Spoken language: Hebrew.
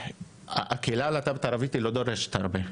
הקהילה הלהט״בית הערבית לא דורשת הרבה,